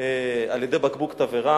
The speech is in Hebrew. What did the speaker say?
על-ידי בקבוק תבערה.